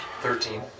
Thirteen